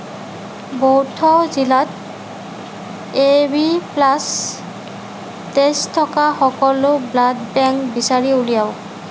বৌধ জিলাত A B plus তেজ থকা সকলো ব্লাড বেংক বিচাৰি উলিয়াওক